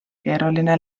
keeruline